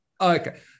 okay